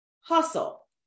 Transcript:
hustle